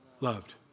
Loved